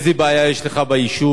איזה בעיה יש לך ביישוב?